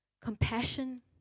compassion